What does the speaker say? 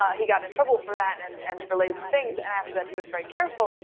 he got in trouble for that and and related things and after that he was very careful.